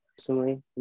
recently